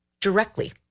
directly